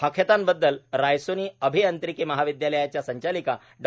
हॅकेथानबद्दल रायसोनी अभियांत्रिकी महाविद्यालयाच्या संचालिका डॉ